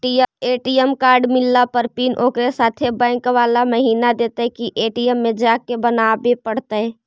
ATM card मिलला पर PIN ओकरे साथे बैक बाला महिना देतै कि ए.टी.एम में जाके बना बे पड़तै?